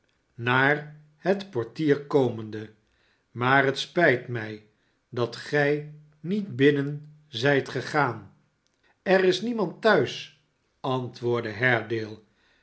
naar het portier komende maar het spijt mij dat gij niet binnen zijt gegaan er is niemand thuis antwoordde